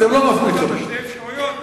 היו שתי אפשרויות,